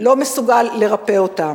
לא מסוגל לרפא אותה.